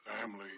Family